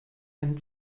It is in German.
einen